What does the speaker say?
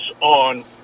on